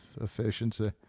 efficiency